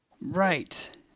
right